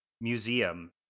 museum